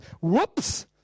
Whoops